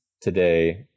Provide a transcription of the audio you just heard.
today